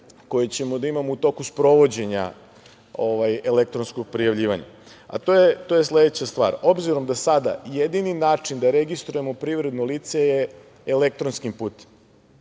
koje ćemo da imamo u toku sprovođenja elektronskog prijavljivanja, a to je sledeća stvar. Obzirom da sada jedini način da registrujemo privredno lice je elektronskim putem.